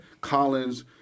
Collins